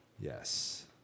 Yes